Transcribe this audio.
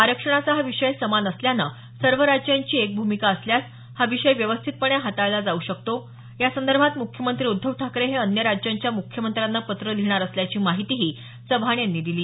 आरक्षणाचा हा विषय समान असल्याने सर्व राज्यांची एक भूमिका असल्यास हा विषय व्यवस्थितपणे हाताळला जावू शकतो यासंदर्भात मुख्यमंत्री उद्धव ठाकरे हे अन्य राज्यांच्या मुख्यमंत्र्यांना पत्र लिहिणार असल्याची माहिती चव्हाण यांनी दिली